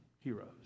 heroes